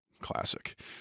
Classic